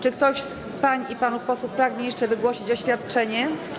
Czy ktoś z pań i panów posłów pragnie jeszcze wygłosić oświadczenie?